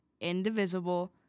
indivisible